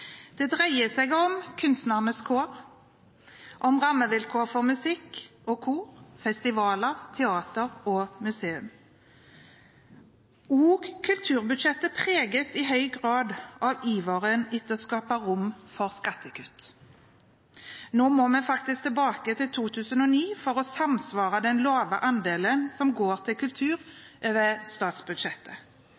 Det dreier seg om kunstnernes kår, om rammevilkårene for musikk og kor, festivaler, teater og museum. Også kulturbudsjettet preges i høy grad av iveren etter å skape rom for skattekutt. Nå må vi faktisk tilbake til 2009 for å «samsvare» den lave andelen som går til kultur over statsbudsjettet.